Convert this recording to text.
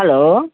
hello